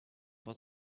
for